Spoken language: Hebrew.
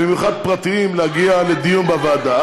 במיוחד פרטיים, להגיע לדיון בוועדה.